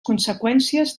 conseqüències